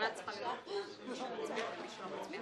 והאמת, לא האמנתי שבתוך שנה אני